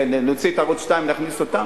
להוציא את ערוץ-2 ולהכניס אותם?